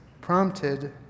prompted